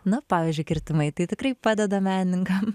na pavyzdžiui kirtimai tai tikrai padeda menininkam